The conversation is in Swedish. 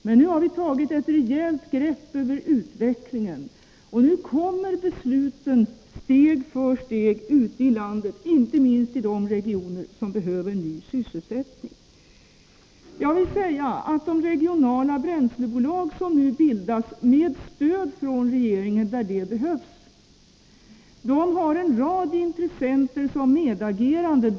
Men nu har vi tagit ett rejält grepp över utvecklingen, och nu kommer besluten steg för steg ute i landet, inte minst i de regioner som behöver ny sysselsättning. Jag vill säga att de regionala bränslebolag som nu bildas med stöd från regeringen där det behövs har en rad intressenter som medagerande.